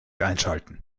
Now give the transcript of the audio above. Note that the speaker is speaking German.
einschalten